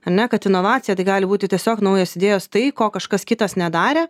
ar ne kad inovacija tai gali būti tiesiog naujos idėjos tai ko kažkas kitas nedarė